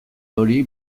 hori